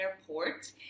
Airport